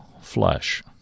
flesh